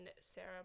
Sarah